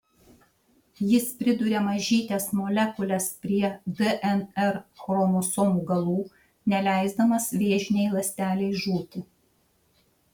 jis priduria mažytes molekules prie dnr chromosomų galų neleisdamas vėžinei ląstelei žūti